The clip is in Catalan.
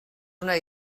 una